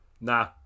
Nah